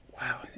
Wow